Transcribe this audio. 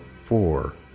four